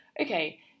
okay